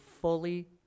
fully